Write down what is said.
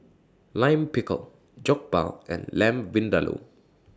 Lime Pickle Jokbal and Lamb Vindaloo